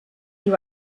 you